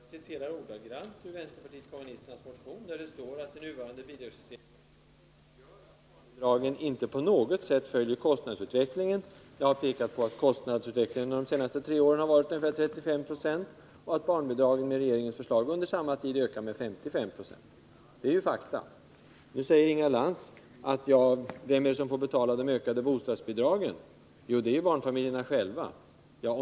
Fru talman! Jag vänder inte på orden, utan jag citerar ordagrant ur vänsterpartiet kommunisternas motion. Där står det: ”Det nuvarande bidragssystemet gör att barnbidragen inte på något sätt följer kostnadsutvecklingen.” Jag har pekat på att kostnadsutvecklingen under de tre senaste åren varit ungefär 35 70 och att barnbidragen på regeringens förslag under samma tid ökat med ungefär 55 920. Det är fakta. Nu frågar Inga Lantz vem det är som får betala de ökade bostadsbidragen. Hon svarar att det är barnfamiljerna själva som får göra det.